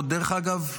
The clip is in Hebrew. דרך אגב,